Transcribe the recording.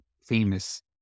famous